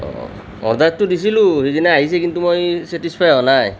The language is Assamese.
অ অৰ্ডাৰটো দিছিলোঁ সেইদিনা আহিছে কিন্তু মই চেটিছফাই হোৱা নাই